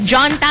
John